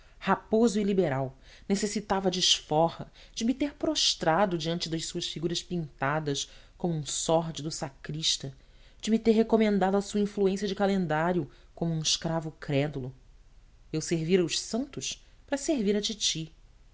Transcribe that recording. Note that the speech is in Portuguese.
raposo e liberal necessitava a desforra de me ter prostrado diante das suas figuras pintadas como um sórdido sacrista de me ter recomendado à sua influência de calendário como um escravo crédulo eu servira os santos para servir a titi